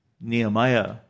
Nehemiah